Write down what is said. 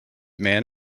man